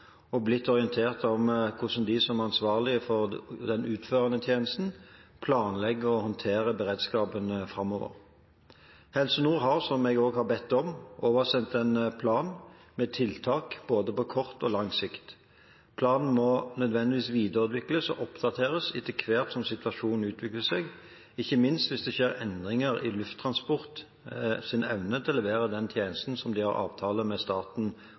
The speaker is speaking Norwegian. og blitt orientert om hvordan de som ansvarlige for den utførende tjenesten planlegger å håndtere beredskapen framover. Helse Nord har, som jeg også har bedt om, oversendt en plan med tiltak både på kort og på lang sikt. Planen må nødvendigvis videreutvikles og oppdateres etter hvert som situasjonen utvikler seg, ikke minst hvis det skjer endringer i Lufttransports evne til å levere den tjenesten som de har avtale med staten